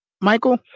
Michael